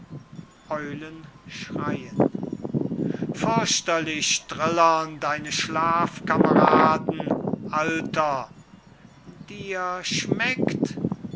fürchterlich trillern deine schlafkameraden alter dir schmeckt